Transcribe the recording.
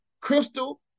Crystal